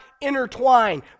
intertwine